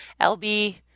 LB